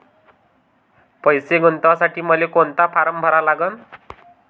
पैसे गुंतवासाठी मले कोंता फारम भरा लागन?